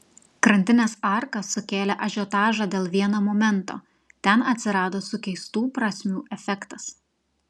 krantinės arka sukėlė ažiotažą dėl vieno momento ten atsirado sukeistų prasmių efektas